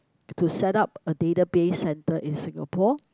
to setup a database center in Singapore